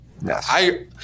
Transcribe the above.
Yes